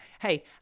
Hey